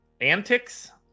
antics